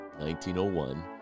1901